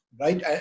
right